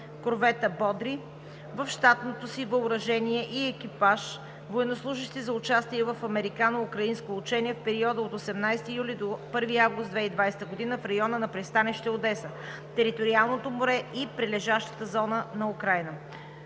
корвета „Бодри“, с щатното си въоръжение и екипаж военнослужещи за участие в американо-украинско учение в периода от 18 юли до 1 август 2020 г. в района на пристанище Одеса, териториалното море и прилежащата зона на Украйна;